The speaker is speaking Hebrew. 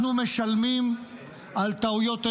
אנחנו משלמים על טעויות אנוש,